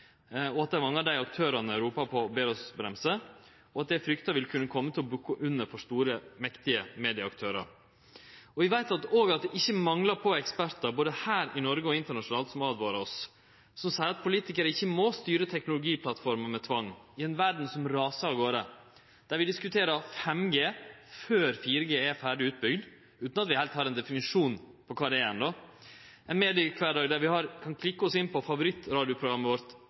mange av dei aktørane ropar og ber oss bremse, og at dei fryktar at dei vil kome til å bukke under for store, mektige medieaktørar. Vi veit òg at det ikkje manglar på ekspertar både her i Noreg og internasjonalt som åtvarar oss, som seier at politikarar ikkje må styre teknologiplattformer med tvang i ei verd som rasar av garde, der vi diskuterer 5G før 4G er ferdig utbygd utan at vi heilt har ein definisjon på kva det er enno. Vi har ein mediekvardag der vi kan klikke oss inn på favorittradioprogrammet vårt